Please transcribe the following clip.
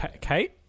Kate